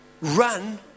run